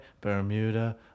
Bermuda